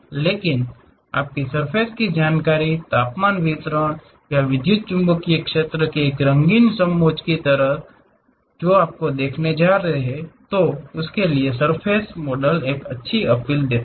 लेकिन आपकी सर्फ़ेस की जानकारी तापमान वितरण या विद्युत चुम्बकीय क्षेत्र के एक रंगीन समोच्च की तरह है जो आप देखने जा रहे हैं जो इन सर्फ़ेस मॉडल द्वारा एक अच्छी अपील देता है